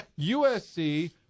USC